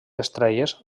estrelles